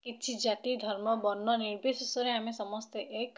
କିଛି ଜାତି ଧର୍ମ ବର୍ଣ୍ଣ ନିର୍ବିଶେଷରେ ଆମେ ସମସ୍ତେ ଏକ